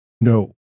No